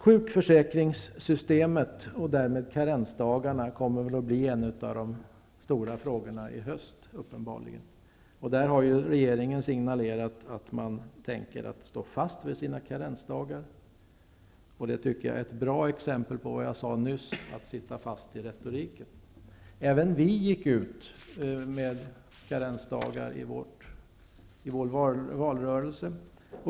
Sjukförsäkringssystemet, och därmed karensdagarna kommer väl uppenbarligen att bli en av de stora frågorna i höst. Där har regeringen signalerat att den tänker stå fast vid sina karensdagar. Det är ett bra exempel på vad jag sade nyss om att sitta fast i retoriken. Även vi i Ny demokrati gick ut med ett förslag om karensdagar i valrörelsen.